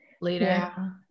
later